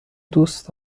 دوست